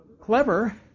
Clever